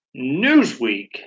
Newsweek